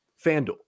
FanDuel